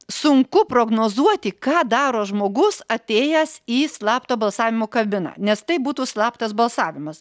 sunku prognozuoti ką daro žmogus atėjęs į slapto balsavimo kabiną nes tai būtų slaptas balsavimas